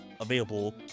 available